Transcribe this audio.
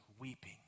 weeping